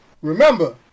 Remember